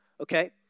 Okay